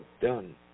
done